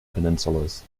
peninsulas